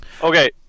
Okay